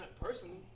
personally